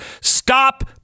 Stop